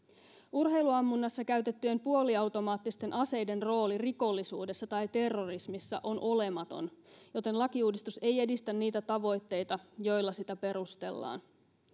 urheiluammunnassa käytettyjen puoliautomaattisten aseiden rooli rikollisuudessa tai terrorismisissa on olematon joten lakiuudistus ei edistä niitä tavoitteita joilla sitä perustellaan